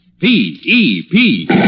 P-E-P